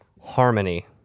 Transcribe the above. Harmony